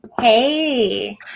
Hey